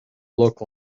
look